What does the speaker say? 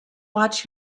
watch